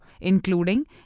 including